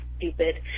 stupid